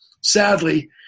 sadly